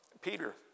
Peter